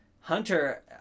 Hunter